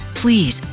please